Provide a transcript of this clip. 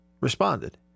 responded